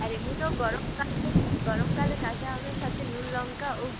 আর এমনিতেও গরম কালে গরম কালে কাঁচা আমাদের সাথে নুন লঙ্কা উফ